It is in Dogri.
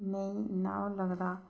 नेईं इ'न्ना ओह् लगदा